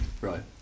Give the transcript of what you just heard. Right